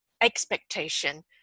expectation